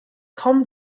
kaum